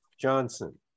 Johnson